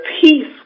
peace